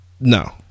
No